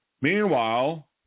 Meanwhile